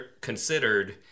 considered